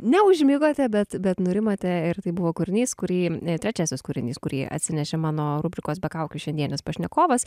neužmigote bet bet nurimote ir tai buvo kūrinys kurį trečiasis kūrinys kurį atsinešė mano rubrikos be kaukių šiandienis pašnekovas